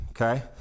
Okay